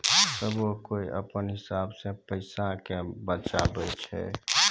सभ्भे कोय अपनो हिसाब से पैसा के बचाबै छै